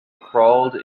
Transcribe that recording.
crawled